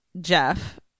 Jeff